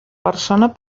persona